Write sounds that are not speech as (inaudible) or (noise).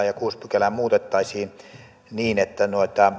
(unintelligible) ja kuudetta pykälää muutettaisiin niin että